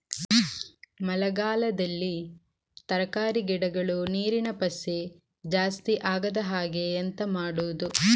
ಮಳೆಗಾಲದಲ್ಲಿ ತರಕಾರಿ ಗಿಡಗಳು ನೀರಿನ ಪಸೆ ಜಾಸ್ತಿ ಆಗದಹಾಗೆ ಎಂತ ಮಾಡುದು?